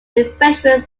refreshment